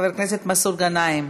חבר הכנסת מסעוד גנאים,